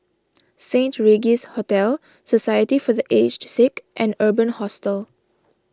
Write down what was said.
Saint Regis Hotel Society for the Aged Sick and Urban Hostel